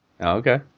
Okay